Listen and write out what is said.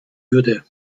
würde